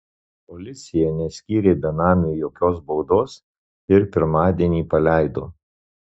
policija neskyrė benamiui jokios baudos ir pirmadienį paleido